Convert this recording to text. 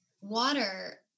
water